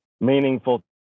meaningful